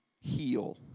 heal